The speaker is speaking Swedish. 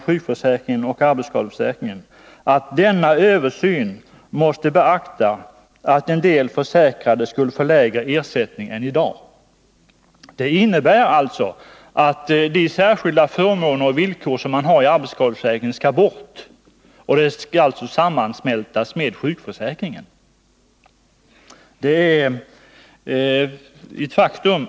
sjukoch yrkesskadeförsäkringarna heter det: ”Denna översyn måste beakta att en del försäkrade skulle få lägre ersättning än i dag.” Innebörden är alltså att de särskilda förmåner och villkor som arbetsskadeförsäkringen innehåller skall avskaffas när denna försäkring skall sammansmältas med sjukförsäkringen. Det är ett faktum.